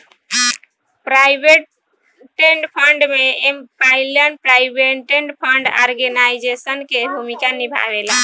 provident fund में employees provident fund organisation के भूमिका निभावेला